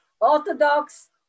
Orthodox